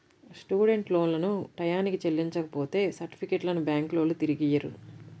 student లోన్లను టైయ్యానికి చెల్లించపోతే సర్టిఫికెట్లను బ్యాంకులోల్లు తిరిగియ్యరు